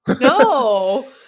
no